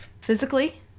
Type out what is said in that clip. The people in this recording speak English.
Physically